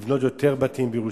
לבנות יותר בתים בירושלים.